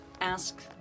ask